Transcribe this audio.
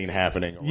happening